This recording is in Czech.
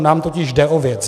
Nám totiž jde o věc.